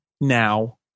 now